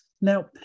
Now